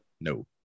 No